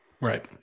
right